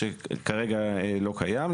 שכרגע לא קיים,